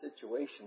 situation